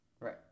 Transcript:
Right